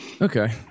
okay